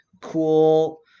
cool